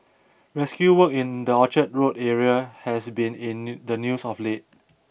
rescue work in the Orchard Road area has been in new the news of late